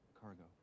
Cargo